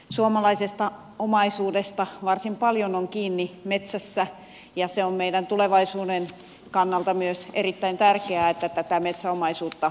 suomalaisesta omaisuudesta varsin paljon on kiinni metsässä ja se on meidän tulevaisuutemme kannalta myös erittäin tärkeää että tätä metsäomaisuutta hoidetaan hyvin